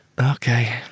Okay